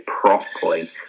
properly